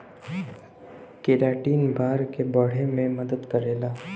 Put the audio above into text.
keratin बार के बढ़े में मदद करेला